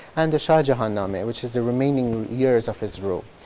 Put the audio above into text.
and the shah-jahan nameh, which is the remaining years of his rule.